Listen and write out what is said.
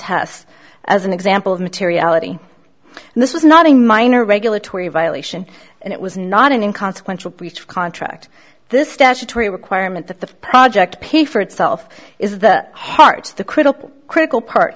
hess as an example of materiality and this was not a minor regulatory violation and it was not an inconsequential breach of contract this statutory requirement that the project pay for itself is the heart the critical critical part